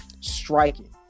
striking